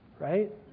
right